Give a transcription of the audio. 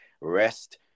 rest